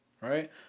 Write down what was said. right